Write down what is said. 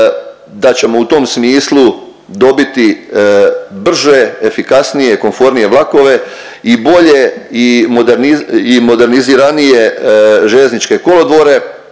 da ćemo u tom smislu dobiti brže, efikasnije, komfornije vlakove i bolje i moder… moderniziranije željezničke kolodvore.